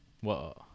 Whoa